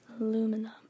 aluminum